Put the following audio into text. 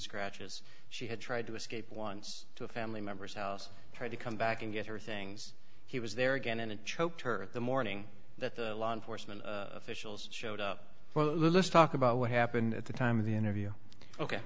scratches she had tried to escape once to a family member's house tried to come back and get her things he was there again and it choked her the morning that the law enforcement officials showed up well let's talk about what happened at the time of the interview ok